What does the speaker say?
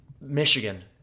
Michigan